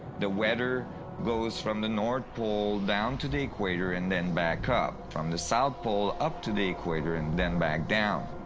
the weather goes from the north pole down to the equator and then back up and the south pole, up to the equator and then back down.